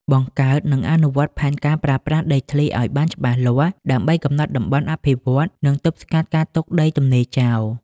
បង្កើតនិងអនុវត្តផែនការប្រើប្រាស់ដីធ្លីឲ្យបានច្បាស់លាស់ ដើម្បីកំណត់តំបន់អភិវឌ្ឍន៍ និងទប់ស្កាត់ការទុកដីទំនេរចោល។